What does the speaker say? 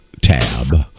tab